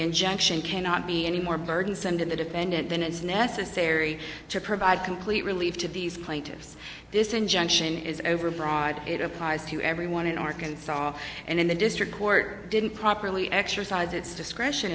injunction cannot be any more burdensome to the defendant than is necessary to provide complete relief to these plaintiffs this injunction is overbroad it applies to everyone in arkansas and in the district court didn't properly exercise its discretion